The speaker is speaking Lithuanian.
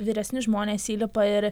vyresni žmonės įlipa ir